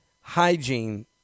hygiene